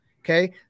Okay